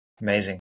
Amazing